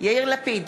יאיר לפיד,